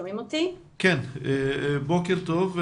בוקר טוב,